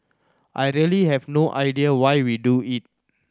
I really have no idea why we do it